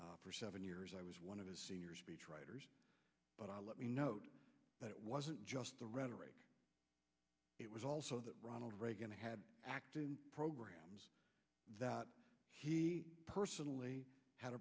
for seven years i was one of his senior speechwriters but i let me note that it wasn't just the rhetoric it was also that ronald reagan had acted programs that he personally had